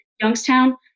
Youngstown